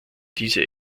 diese